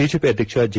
BJP ಅಧ್ಯಕ್ಷ J